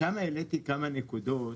שם העליתי כמה נקודות